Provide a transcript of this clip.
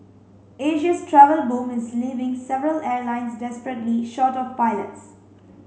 Asia's travel boom is leaving several airlines desperately short of pilots